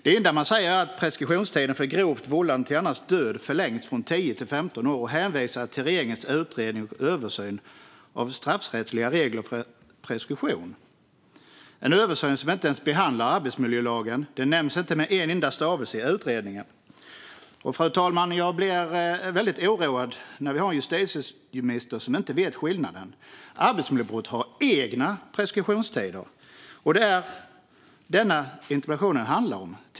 Det enda man säger är att preskriptionstiden för grovt vållande till annans död förlängs från 10 år till 15 år och hänvisar till regeringens utredning om översyn av straffrättsliga regler för preskription. Det är en översyn som inte ens behandlar arbetsmiljölagen. Den nämns inte med en enda stavelse i utredningen. Fru talman! Jag blir väldigt oroad när vi har en justitieminister som inte känner till skillnaden. Arbetsmiljöbrott har egna preskriptionstider. Det är vad interpellationen handlar om.